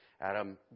Adam